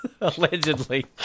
Allegedly